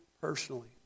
personally